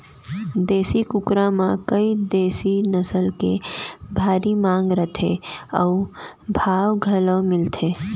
देसी कुकरा म कइ देसी नसल के भारी मांग रथे अउ भाव घलौ मिलथे